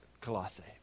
Colossae